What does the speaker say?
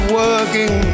working